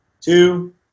two